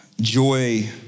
joy